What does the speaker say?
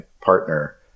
partner